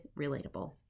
Relatable